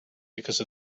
because